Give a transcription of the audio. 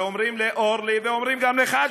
ואומרים לאורלי ואומרים גם לך,